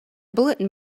bulletin